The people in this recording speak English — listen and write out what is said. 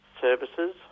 services